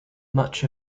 much